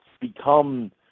become